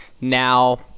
Now